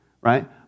right